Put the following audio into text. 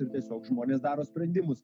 ir tiesiog žmonės daro sprendimus